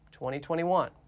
2021